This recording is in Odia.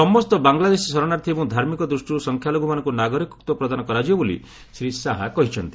ସମସ୍ତ ବାଂଲାଦେଶୀ ଶରଣାର୍ଥୀ ଏବଂ ଧାର୍ମିକ ଦୂଷ୍ଟିରୁ ସଂଖ୍ୟାଲଘୁମାନଙ୍କୁ ନାଗରିକତ୍ୱ ପ୍ରଦାନ କରାଯିବ ବୋଲି ଶ୍ରୀ ଶାହା କହିଚ୍ଚନ୍ତି